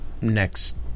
next